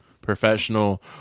Professional